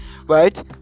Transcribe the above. Right